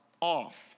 off